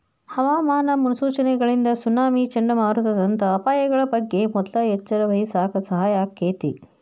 ಹವಾಮಾನ ಮುನ್ಸೂಚನೆಗಳಿಂದ ಸುನಾಮಿ, ಚಂಡಮಾರುತದಂತ ಅಪಾಯಗಳ ಬಗ್ಗೆ ಮೊದ್ಲ ಎಚ್ಚರವಹಿಸಾಕ ಸಹಾಯ ಆಕ್ಕೆತಿ